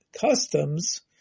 Customs